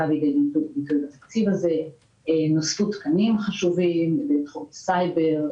בתקציב הזה נוספו תקנים חשובים בתחום הסייבר,